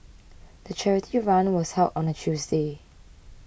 the charity run was held on a Tuesday